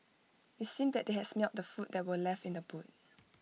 IT seemed that they has smelt the food that were left in the boot